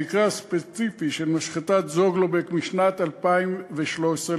המקרה הספציפי של משחטת "זוגלובק" משנת 2013,